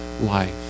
life